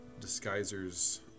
disguiser's